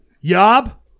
Yob